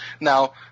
Now